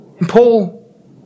Paul